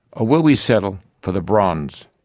or will we settle for the bronze,